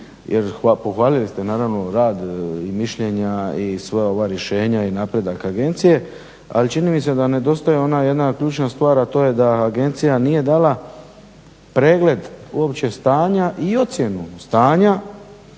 jer pohvalili ste naravno rad i mišljenja i sva ova rješenja i napredak Agencije. Ali čini mi se da nedostaje ona jedna ključna stvar, a to je da Agencija nije dala pregled uopće stanja i ocjenu stanja